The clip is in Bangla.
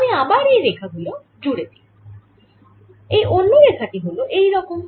আমি আবার এই রেখা গুলি জুড়ে দিই এই অন্য রেখা টি হল এই রকম